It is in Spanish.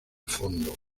fondo